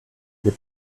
les